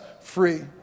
free